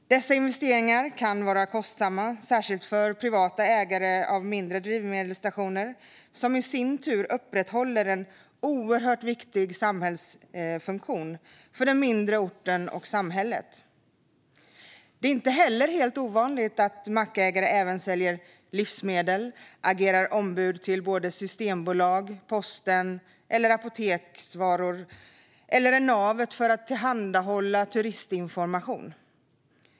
Dessa investeringar kan vara kostsamma, särskilt för privata ägare av mindre drivmedelsstationer. De upprätthåller i sin tur en oerhört viktig samhällsfunktion för den mindre orten eller det mindre samhället. Det är inte heller helt ovanligt att mackägare även säljer livsmedel, agerar ombud för Systembolaget, posten och apoteksvaror eller är navet för att tillhandahålla turistinformation.